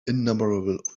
innumerable